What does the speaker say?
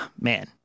man